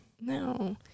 No